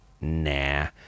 nah